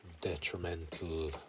detrimental